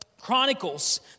chronicles